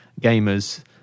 gamers